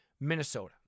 Minnesota